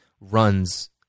runs